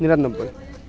নিৰান্নবৈ